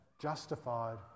justified